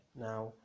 Now